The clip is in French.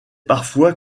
parfois